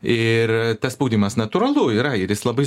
ir tas spaudimas natūralu yra ir jis labai